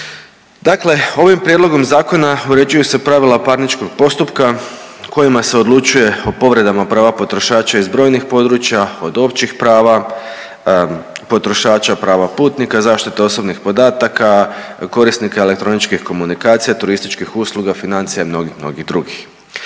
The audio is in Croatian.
Dakle, ovim Prijedlogom zakona uređuju se pravila parničkog postupka kojima se odlučuje o povredama prava potrošača iz brojnih područja, od općih prava potrošača, prava putnika, zaštite osobnih podataka, korisnika elektroničke komunikacije, turističkih usluga, financija i mnogih, mnogih